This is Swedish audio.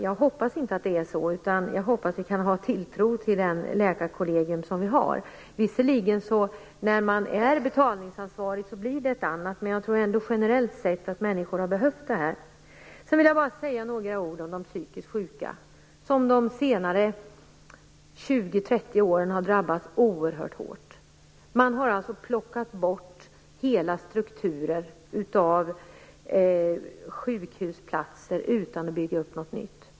Jag hoppas att det inte är på det sättet, utan jag hoppas att vi kan ha tilltro till de läkare som vi har. Visserligen är det så att när man är betalningsansvarig blir det annorlunda. Men jag tror ändå generellt att människor har behövt detta. Jag vill även säga några ord om de psykiskt sjuka. De har under de senaste 20-30 åren drabbats oerhört hårt. Man har plockat bort hela strukturer av sjukhusplatser utan att bygga upp något nytt.